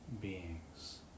beings